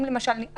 למשל,